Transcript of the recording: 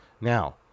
Now